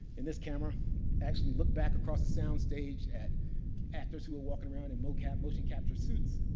and this camera actually looked back across the soundstage at actors who are walking around in motion motion capture suits.